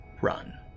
Run